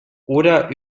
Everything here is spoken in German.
oder